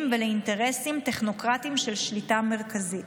ולאינטרסים טכנוקרטיים של שליטה מרכזית.